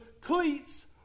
cleats